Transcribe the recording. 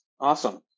Awesome